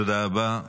תודה רבה.